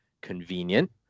convenient